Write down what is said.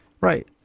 Right